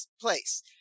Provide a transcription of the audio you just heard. place